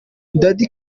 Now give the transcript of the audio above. daddy